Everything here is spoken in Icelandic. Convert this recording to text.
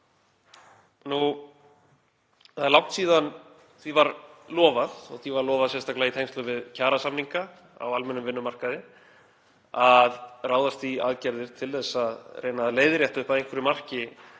Það er langt síðan því var lofað, og því var lofað sérstaklega í tengslum við kjarasamninga á almennum vinnumarkaði, að ráðast í aðgerðir til þess að reyna að leiðrétta upp að einhverju marki